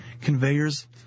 Conveyors